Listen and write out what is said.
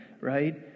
Right